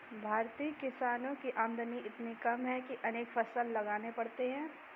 भारतीय किसानों की आमदनी ही इतनी कम है कि अनेक फसल लगाने पड़ते हैं